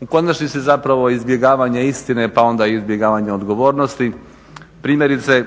u konačnici zapravo izbjegavanje istine pa onda i izbjegavanje odgovornosti. Primjerice,